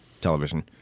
television